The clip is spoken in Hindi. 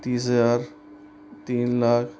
तीस हजार तीन लाख